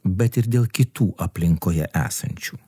bet ir dėl kitų aplinkoje esančių